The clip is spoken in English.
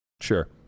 Sure